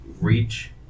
reach